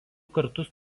kartus